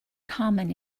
common